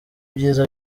byiza